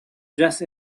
just